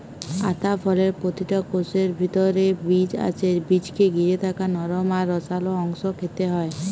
আতা ফলের প্রতিটা কোষের ভিতরে বীজ আছে বীজকে ঘিরে থাকা নরম আর রসালো অংশ খেতে হয়